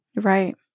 Right